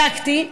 בדקתי.